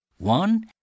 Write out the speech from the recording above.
One